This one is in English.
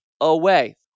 away